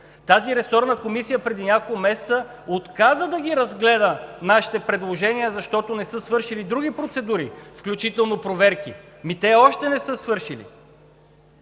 Тази ресорна комисия преди няколко месеца отказа да разгледа нашите предложения, защото не са свършили други процедури, включително проверки. Те още не са свършили.